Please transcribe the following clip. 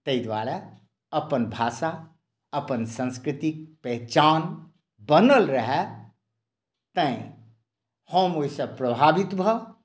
ताहि दुआरे अपन भाषा अपन संस्कृति पहचान बनल रहए तैॅं हम ओहिसँ प्रभावित भऽ